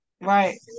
Right